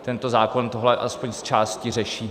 Tento zákon tohle aspoň zčásti řeší.